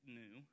new